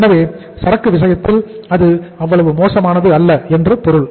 எனவே சரக்கு விஷயத்தில் அது அவ்வளவு மோசமானது அல்ல என்று பொருள்